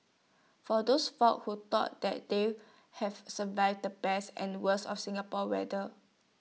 for those folks who thought that they have survived the best and the worst of Singapore weather